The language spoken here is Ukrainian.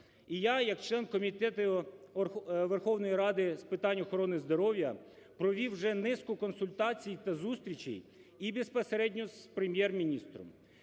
І я як член Комітету Верховної Ради з питань охорони здоров'я провів вже низку консультацій та зустрічей і безпосередньо з Прем'єр-міністром,